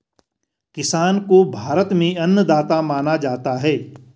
किसान को भारत में अन्नदाता माना जाता है